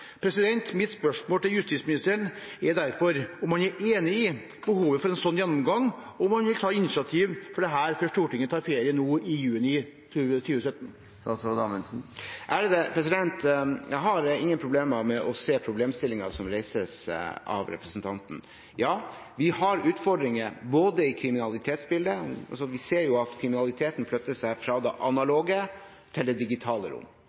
Mitt spørsmål til justisministeren er derfor om han er enig i behovet for en slik gjennomgang, og om han vil ta initiativ til dette før Stortinget tar ferie i juni 2017. Jeg har ingen problemer med å se problemstillingen som reises av representanten. Ja, vi har utfordringer, f.eks. i kriminalitetsbildet. Vi ser at kriminaliteten flytter seg fra det analoge til det digitale rom.